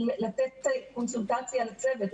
לתת את ההדרכה לצוות,